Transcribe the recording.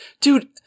dude